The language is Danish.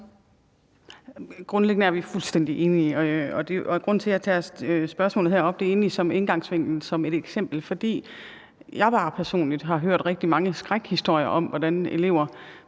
Grundlæggende er vi fuldstændig enige. Grunden til, at jeg tager spørgsmålet her op, er, at det skal være en indgangsvinkel og et eksempel, for jeg har personligt hørt rigtig mange skrækhistorier om, at elever